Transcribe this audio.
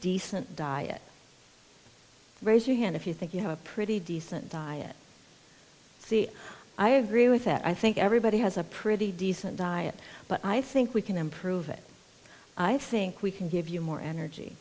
decent diet raise your hand if you think you have a pretty decent diet see i agree with that i think everybody has a pretty decent diet but i think we can improve it i think we can give you more energy